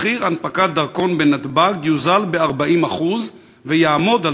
מחיר הנפקת דרכון יוזל ב-40% ויעמוד על